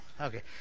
Okay